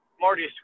Marty